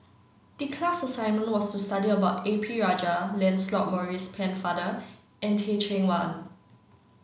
the class assignment was to study about A P Rajah Lancelot Maurice Pennefather and Teh Cheang Wan